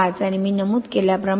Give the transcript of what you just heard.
5 आणि मी नमूद केल्याप्रमाणे